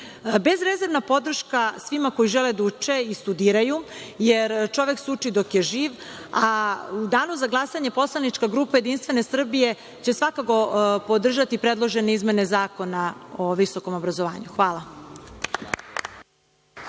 bodova. Bezrezervna podrška svima koji žele da uče i studiraju, jer, čovek se uči dok je živ, a u Danu za glasanje Poslanička grupa Jedinstvene Srbije će svakako podržati predložene izmene Zakona o visokom obrazovanju. Hvala.